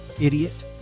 idiot